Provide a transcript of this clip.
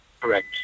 Correct